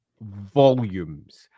volumes